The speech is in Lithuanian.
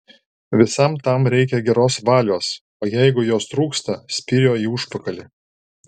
visam tam reikia geros valios o jeigu jos trūksta spyrio į užpakalį